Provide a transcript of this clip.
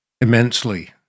immensely